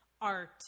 art